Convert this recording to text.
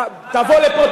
תבוא לפה,